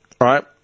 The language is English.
right